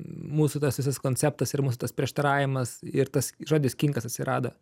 mūsų tas visas konceptas ir mūsų tas prieštaravimas ir tas žodis kinkas atsirado